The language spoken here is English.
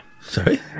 sorry